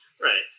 Right